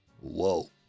whoa